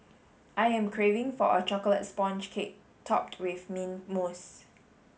I am craving for a chocolate sponge cake topped with mint mousse